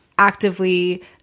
Actively